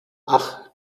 ach